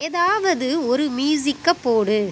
ஏதாவது ஒரு மியூசிக்கை போடு